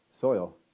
soil